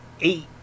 eight